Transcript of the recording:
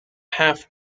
half